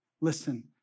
Listen